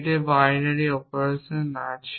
এই কিছু binary operation আছে